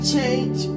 change